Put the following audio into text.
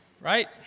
right